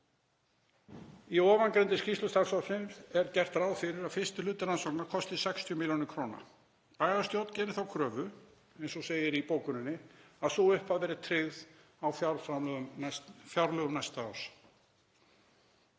Í ofangreindri skýrslu starfshópsins er gert ráð fyrir að fyrsti hluti rannsóknar kosti 60 millj. kr. Bæjarstjórn gerir þá kröfu, eins og segir í bókuninni, að sú upphæð verði tryggð í fjárframlögum næsta árs.